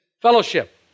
fellowship